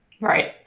right